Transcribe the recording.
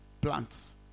plants